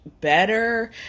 better